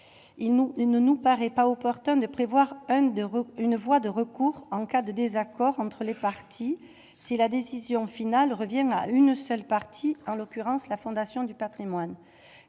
ne nous paraît pas opportun de prévoir un d'Europe, une voie de recours en cas de désaccord entre les parties, si la décision finale revient à une seule partie en l'occurrence la Fondation du Patrimoine,